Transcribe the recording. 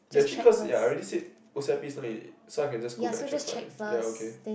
ya three cause ya I already said O_C_I_P so I can just go back actual five ya okay